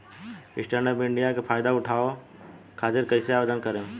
Stand up India के फाइदा उठाओ खातिर कईसे आवेदन करेम?